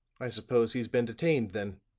i suppose he's been detained then.